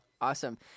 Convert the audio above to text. Awesome